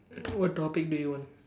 what topic do you want